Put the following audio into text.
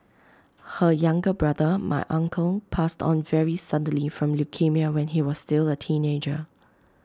her younger brother my uncle passed on very suddenly from leukaemia when he was still A teenager